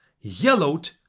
yellowed